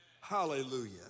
Hallelujah